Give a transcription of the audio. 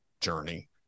journey